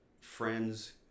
friends